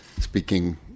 speaking